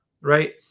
right